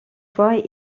fois